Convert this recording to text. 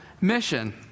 mission